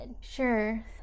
Sure